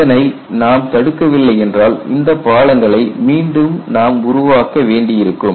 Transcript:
இதனை நாம் தடுக்கவில்லை என்றால் இந்த பாலங்களை மீண்டும் நாம் உருவாக்க வேண்டியிருக்கும்